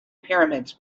pyramids